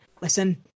listen